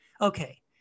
okay